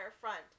front